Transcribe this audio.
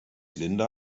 linda